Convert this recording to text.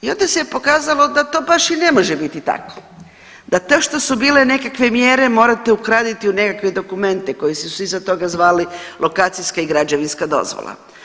I onda se pokazalo da to baš i ne može biti tako, da to što su bile nekakve mjere morate ugraditi u nekakve dokumente koji su se iza toga zvali lokacijska i građevinska dozvola.